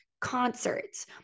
concerts